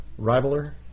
rivaler